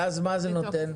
ואז מה זה נותן?